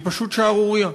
היא פשוט שערורייה.